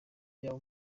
yabo